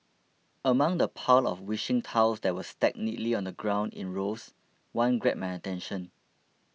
among the pile of wishing tiles that were stacked neatly on the ground in rows one grabbed my attention